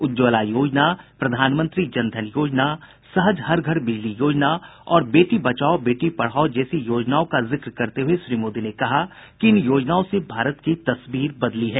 उज्ज्वला योजना प्रधानमंत्री जन धन योजना सहज हर घर बिजली योजना और बेटी बचाओ बेटी पढ़ाओ जैसी योजनाओं का जिक्र करते हये श्री मोदी ने कहा कि इन योजनाओं से भारत की तस्वीर बदली है